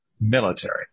military